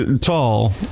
tall